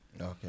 Okay